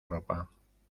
ropa